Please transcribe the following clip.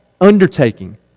undertaking